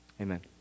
Amen